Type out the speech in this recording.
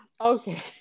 okay